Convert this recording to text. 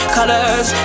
colors